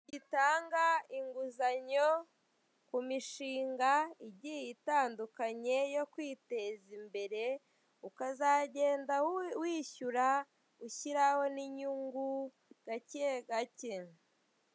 Gitanga inguzanyo ku mishinga igiye itandukanye yo kwiteza imbere, ukazagenda wishyura ushyiraho n'inyungu, gake gake.